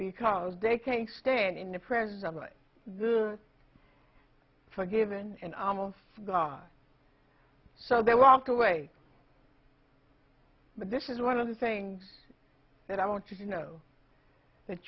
because they can't stand in the presence of a good forgiven and almost god so they walk away but this is one of the things that i want you to know that